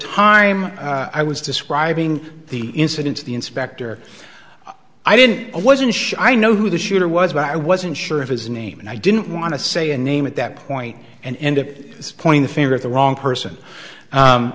time i was describing the incident to the inspector i didn't i wasn't sure i know who the shooter was but i wasn't sure of his name and i didn't want to say a name at that point and it is point the finger at the wrong person